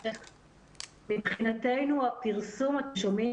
--- מבחינתנו הפרסום --- אני